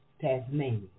Tasmania